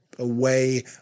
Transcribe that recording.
away